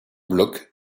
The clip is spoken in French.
bloc